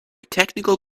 technical